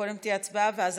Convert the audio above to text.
קודם תהיה הצבעה, ואז